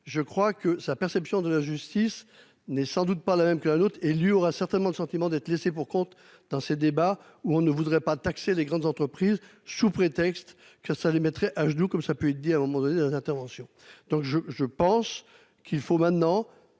je crois que sa perception de la justice n'est sans doute pas la même que la autre élu aura certainement le sentiment d'être laissés pour compte dans ces débats où on ne voudrait pas taxer les grandes entreprises, sous prétexte que ça les mettrait à genoux comme ça peut aider à un moment donné, interventions